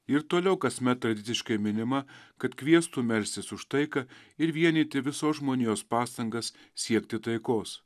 ji ir toliau kasmet tradiciškai minima kad kviestų melstis už taiką ir vienyti visos žmonijos pastangas siekti taikos